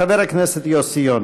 חבר הכנסת יוסי יונה.